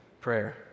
Prayer